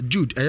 Jude